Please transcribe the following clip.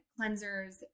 cleansers